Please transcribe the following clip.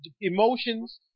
emotions